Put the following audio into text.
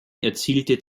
erzielte